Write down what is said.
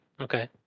Okay